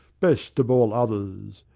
best of all others.